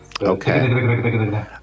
okay